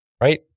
right